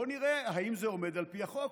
בואו נראה אם זה עומד על פי החוק.